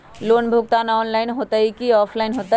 Loan भुगतान online होतई कि ऑफलाइन होतई?